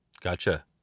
Gotcha